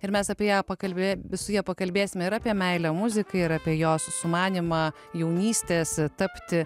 ir mes apie ją pakalbė su ja pakalbėsime ir apie meilę muzikai ir apie jos sumanymą jaunystės tapti